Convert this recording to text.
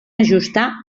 ajustar